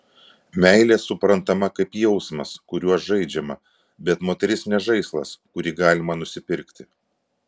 meilė suprantama kaip jausmas kuriuo žaidžiama bet moteris ne žaislas kurį galima nusipirkti